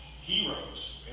heroes